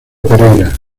pereyra